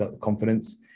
confidence